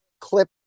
clip